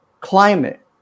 climate